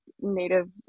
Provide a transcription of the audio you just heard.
native